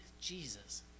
Jesus